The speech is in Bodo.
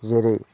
जेरै